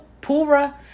Pura